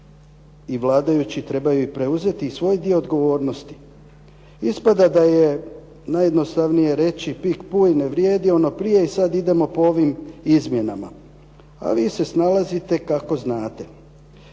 i vladajući trebaju i preuzeti i svoj dio odgovornosti. Ispada da je najjednostavnije reći pih puj ne vrijedi, ono prije i sad idemo po ovim izmjenama, a vi se snalazite kako znate.